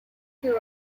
grew